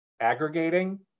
aggregating